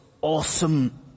awesome